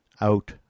out